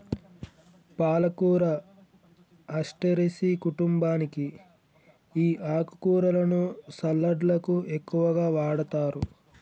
పాలకూర అస్టెరెసి కుంటుంబానికి ఈ ఆకుకూరలను సలడ్లకు ఎక్కువగా వాడతారు